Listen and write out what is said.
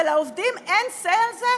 ולעובדים אין say על זה?